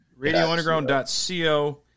Radiounderground.co